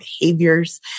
behaviors